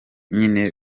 nyine